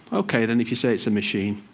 ok then, if you say it's a machine.